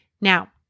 Now